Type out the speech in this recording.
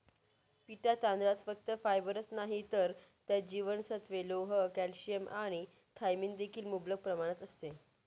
पिटा तांदळात फक्त फायबरच नाही तर त्यात जीवनसत्त्वे, लोह, कॅल्शियम आणि थायमिन देखील मुबलक प्रमाणात असते